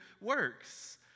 works